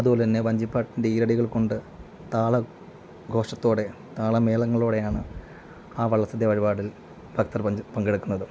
അതു പോലെ തന്നെ വഞ്ചിപ്പാട്ടിൻ്റെ ഈരടികൾ കൊണ്ടു താളഘോഷത്തോടെ താളമേളങ്ങളോടെയാണ് ആ വള്ളസദ്യ വഴിപാടിൽ ഭക്തർ വന്നു പങ്കെടുക്കുന്നത്